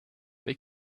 they